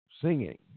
singing